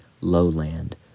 lowland